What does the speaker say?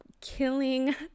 killing